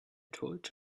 told